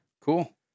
Cool